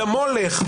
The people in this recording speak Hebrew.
ל"מולך",